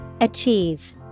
Achieve